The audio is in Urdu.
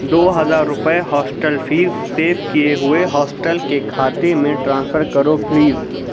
دو ہزار روپئے ہاسٹل فیس سیو کیے ہوئے ہاسٹل کے کھاتے میں ٹرانسفر کرو پلیز